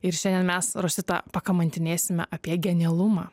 ir šiandien mes rositą pakamantinėsime apie genialumą